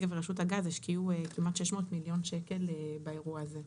ורשות הגז השקיעו כמעט 600 מיליון שקל באירוע הזה.